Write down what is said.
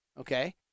Okay